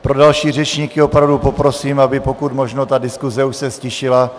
Pro další řečníky opravdu poprosím, abyse pokud možno ta diskuse už ztišila.